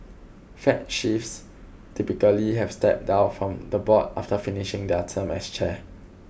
Fed chiefs typically have stepped down from the board after finishing their term as chair